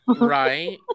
right